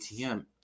ATM